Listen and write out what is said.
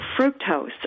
fructose